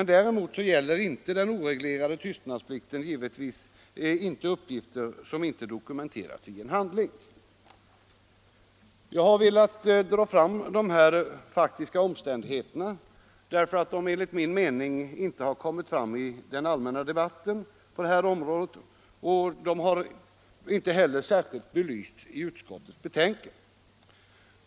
Däremot gäller den oreglerade tystnadsplikten givetvis inte uppgifter som inte dokumenterats i en handling. Jag har velat dra fram dessa faktiska omständigheter därför att de enligt min mening inte har kommit fram i den allmänna debatten på det här området och inte heller särskilt belysts i utskottets betänkande.